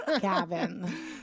Gavin